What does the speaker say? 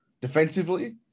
Defensively